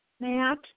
Matt